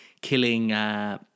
killing